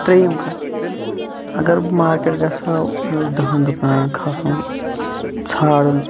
تریِم کَتھ اَگَر بہٕ مارکٹ گَژھِ ہا مےٚ اوس دَہَن دُکانَن کھَسُن ژھارُن